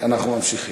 אנחנו ממשיכים.